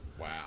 Wow